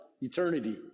eternity